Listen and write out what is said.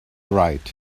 right